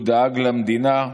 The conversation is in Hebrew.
הוא דאג למדינה,